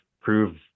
prove